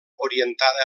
orientada